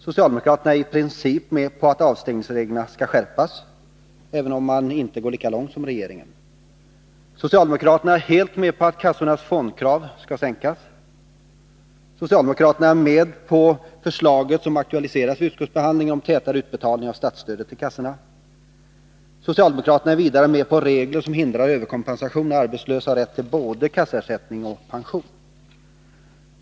Socialdemokraterna är i princip med på att avstängningsreglerna skall skärpas, även om man inte går lika långt som regeringen. Socialdemokraterna är helt med på att kassornas fondkrav skall sänkas. Socialdemokraterna är med på det förslag som har aktualiserats vid utskottsbehandlingen om tätare utbetalning av statsstödet till kassorna. Socialdemokraterna är vidare med på regler som hindrar överkompensation när en arbetslös har rätt till både kassaersättning och pension.